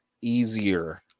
easier